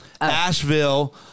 Asheville